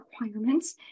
requirements